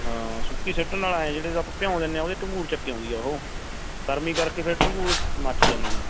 ਅਤੇ ਹਾਂ ਸੁੱਕੀ ਸੁੱਟਣ ਨਾਲ ਐਂ ਜਿਹੜੇ ਤਾਂ ਆਪਾਂ ਭਿਉਂ ਲੈਂਦੇ ਉਹਦੇ ਢੰਗੂਰ ਚੱਕ ਆਉਂਦੀ ਆ ਉਹ ਗਰਮੀ ਕਰਕੇ ਫਿਰ ਢੰਗੂਰ ਮੱਚ ਜਾਂਦੇ ਨੇ